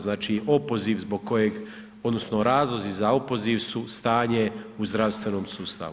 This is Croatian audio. Znači opoziv zbog kojeg, odnosno razlozi za opoziv su stanje u zdravstvenom sustavu.